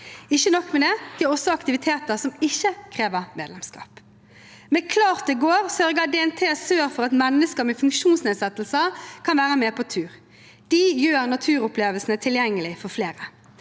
Ikke nok med det: De har også aktiviteter som ikke krever medlemskap. Med Klart det går! sørger DNT Sør for at mennesker med funksjonsnedsettelser kan være med på tur. De gjør naturopplevelsene tilgjengelig for flere.